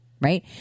right